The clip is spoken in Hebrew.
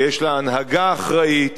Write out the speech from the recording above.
שיש לה הנהגה אחראית,